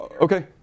okay